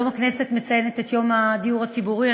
היום הכנסת מציינת את יום הדיור הציבורי.